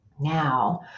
now